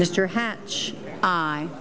mr hatch i